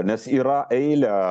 nes yra eilę